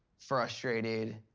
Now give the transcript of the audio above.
frustrated.